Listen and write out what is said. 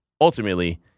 ultimately